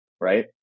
Right